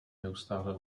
neustále